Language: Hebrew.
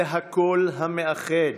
זה הקול המאחד,